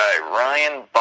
Ryan